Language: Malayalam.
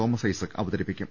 തോമസ് ഐസക് അവതരി പ്പിക്കും